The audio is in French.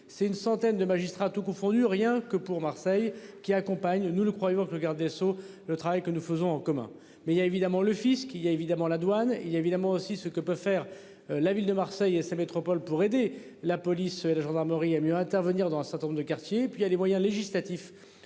c'est une centaine de magistrats tout confondu, rien que pour Marseille, qui accompagne, nous le croyons que le garde des Sceaux le travail que nous faisons en commun mais il y a évidemment le fils il y a évidemment la douane il y a évidemment aussi ce que peut faire la ville de Marseille et sa métropole pour aider la police et de gendarmerie et mieux intervenir dans un certain nombre de quartiers, et puis il y a les moyens législatifs